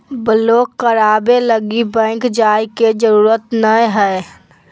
block कराबे लगी bank जाय के जरूरत नयय हइ